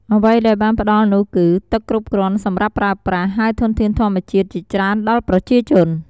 អ្វីដែលបានផ្តល់នោះគឺទឹកគ្រប់គ្រាន់សម្រាប់ប្រើប្រាស់ ហើយធនធានធម្មជាតិជាច្រើនដល់ប្រជាជន។